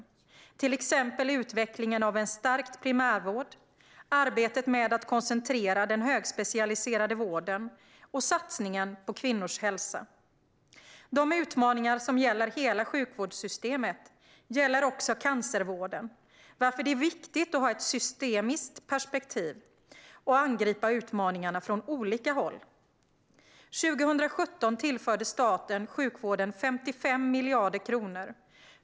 Det handlar till exempel om utvecklingen av en stärkt primärvård, arbetet med att koncentrera den högspecialiserade vården och satsningen på kvinnors hälsa. De utmaningar som gäller hela sjukvårdssystemet gäller också cancervården. Därför är det viktigt att ha ett systemiskt perspektiv och att angripa utmaningarna från olika håll. År 2017 tillförde staten sjukvården 55 miljarder kronor.